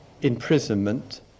imprisonment